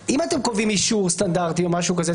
אם אתם קובעים אישור סטנדרטי או משהו כזה,